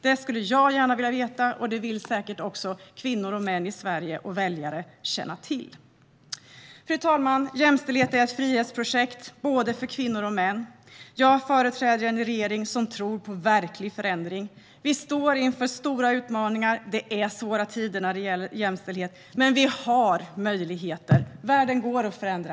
Det skulle jag gärna vilja veta och det vill säkert också män, kvinnor och väljare i Sverige känna till. Fru talman! Jämställdhet är ett frihetsprojekt för både kvinnor och män. Jag företräder en regering som tror på verklig förändring. Vi står inför stora utmaningar. Det är svåra tider för jämställdheten. Men vi har möjligheter. Världen går att förändra.